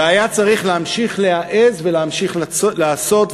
והיה צריך להמשיך להעז ולהמשיך לעשות,